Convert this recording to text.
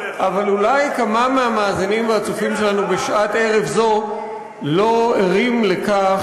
אבל אולי כמה מהמאזינים והצופים שלנו בשעת ערב זו לא ערים לכך